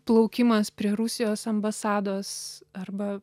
plaukimas prie rusijos ambasados arba